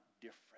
different